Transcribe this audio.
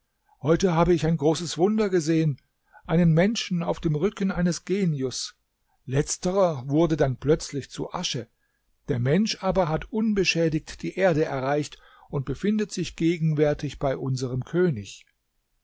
heute habe ich ein großes wunder gesehen einen menschen auf dem rücken eines genius letzterer wurde dann plötzlich zu asche der mensch aber hat unbeschädigt die erde erreicht und befindet sich gegenwärtig bei unserem könig